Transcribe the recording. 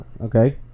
Okay